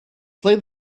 play